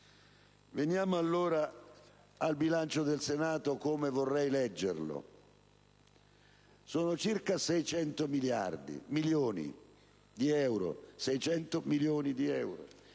Veniamo allora al bilancio del Senato come vorrei leggerlo. Sono circa 600 milioni di euro;